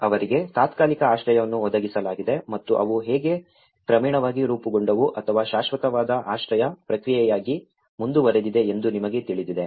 ಅವರಿಗೆ ತಾತ್ಕಾಲಿಕ ಆಶ್ರಯವನ್ನು ಒದಗಿಸಲಾಗಿದೆ ಮತ್ತು ಅವು ಹೇಗೆ ಕ್ರಮೇಣವಾಗಿ ರೂಪುಗೊಂಡವು ಅಥವಾ ಶಾಶ್ವತವಾದ ಆಶ್ರಯ ಪ್ರಕ್ರಿಯೆಯಾಗಿ ಮುಂದುವರೆದಿದೆ ಎಂದು ನಿಮಗೆ ತಿಳಿದಿದೆ